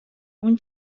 اون